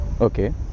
Okay